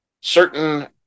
certain